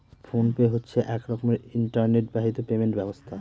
phone pay হচ্ছে এক রকমের ইন্টারনেট বাহিত পেমেন্ট ব্যবস্থা